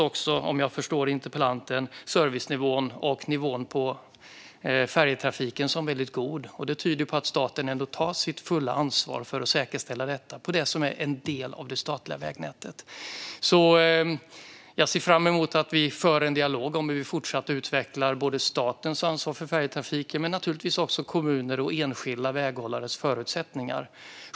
Och om jag förstår interpellanten rätt upplevs servicenivån och nivån på färjetrafiken som väldigt god. Det tyder på att staten tar sitt fulla ansvar för att säkerställa detta på det som är en del av det statliga vägnätet. Jag ser fram emot en dialog om hur vi fortsatt kan utveckla statens ansvar för färjetrafiken men naturligtvis också kommuners och enskilda väghållares förutsättningar.